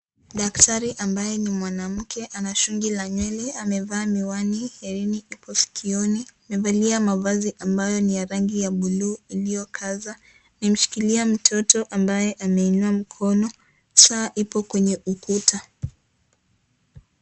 Daktari ambaye ni mwanamke. Ana shungi la nywele, amevaa miwani hereni ipo sikioni Amevalia mavazi ambayo ni ya rangi ya buluu iliyokaza. Ameshikilia mtoto ambaye ameinua mkono. Saa ipo kwenye ukuta.